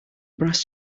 brass